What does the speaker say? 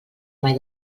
mai